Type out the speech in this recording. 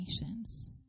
nations